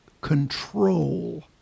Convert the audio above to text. control